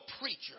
preacher